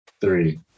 three